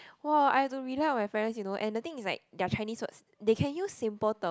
!wah! I have to rely on my parents you know and the thing is like their Chinese words they can use simple term